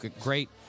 great